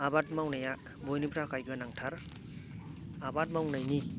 आबाद मावनाया बयनिबो थाखाय गोनांथार आबाद मावनायनि